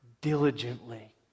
diligently